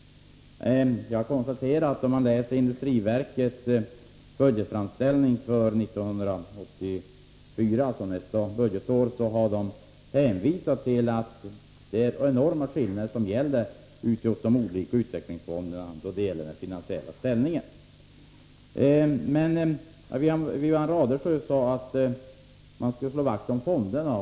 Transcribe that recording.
Om man läser industriverkets budgetframställan för 1984/85, alltså nästa budgetår, finner man att verket hänvisar till de enorma skillnader som finns då det gäller de olika utvecklingsfondernas finansiella ställning. Wivi-Anne Radesjö sade att man skulle slå vakt om utvecklingsfonderna.